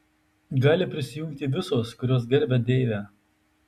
gali prisijungti visos kurios gerbia deivę